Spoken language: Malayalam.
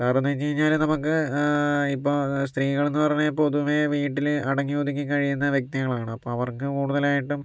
കാരണം എന്നുവെച്ചാൽ നമുക്ക് ഇപ്പോൾ സ്ത്രീകൾ എന്ന് പറഞ്ഞാൽ പൊതുവെ വീട്ടില് അടങ്ങിയൊതുങ്ങി കഴിയുന്ന വ്യക്തികളാണ് അപ്പോൾ അവർക്ക് കൂടുതലായിട്ടും